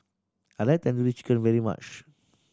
I like Tandoori Chicken very much